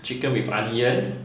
chicken with onion